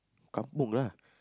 kampung lah